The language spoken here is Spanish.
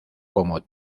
como